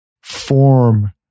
form